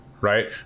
right